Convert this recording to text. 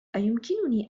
أيمكنني